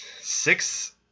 six